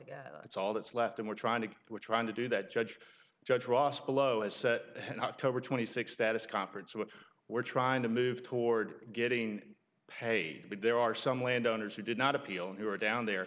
that it's all that's left and we're trying to we're trying to do that judge judge ross below as an october twenty sixth that is conference what we're trying to move toward getting paid but there are some landowners who did not appeal who were down there